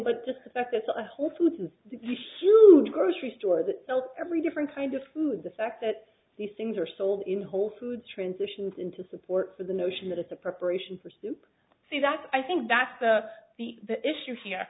but just the fact that the whole foods is huge grocery store that sells every different kind of food the fact that these things are sold in whole foods transitions into support for the notion that it's appropriation for soup so that's i think that's the issue here